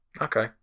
Okay